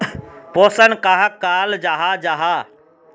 पोषण कहाक कहाल जाहा जाहा?